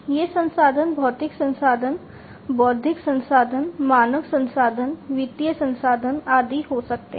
ये संसाधन भौतिक संसाधन बौद्धिक संसाधन मानव संसाधन वित्तीय संसाधन आदि हो सकते हैं